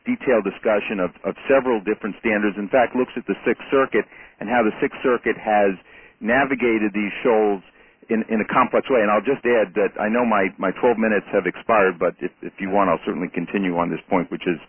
detailed discussion of several different standards in fact looks at the sixth circuit and how the six circuit has navigated the shoals in a complex way and i'll just add that i know my my twelve minutes have expired but if you want to certainly continue on this point which is